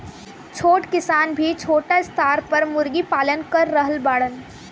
छोट किसान भी छोटा स्टार पर मुर्गी पालन कर रहल बाड़न